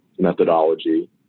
methodology